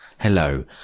Hello